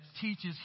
teaches